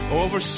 over